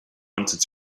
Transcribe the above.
wanted